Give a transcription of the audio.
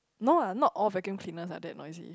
no ah not all vacuum cleaners are that noisy